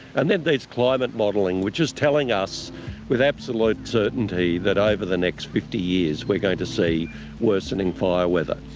and then there's climate modelling which is telling us with absolute certainty that over the next fifty years we're going to see worsening fire weather.